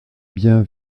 bien